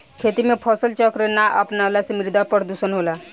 खेती में फसल चक्र ना अपनवला से मृदा प्रदुषण होला